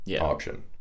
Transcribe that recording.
option